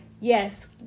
Yes